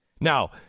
Now